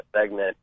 segment